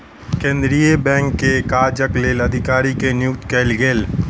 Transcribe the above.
केंद्रीय बैंक के काजक लेल अधिकारी के नियुक्ति कयल गेल